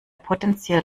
potenziell